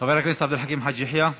וצריך להזכיר כאן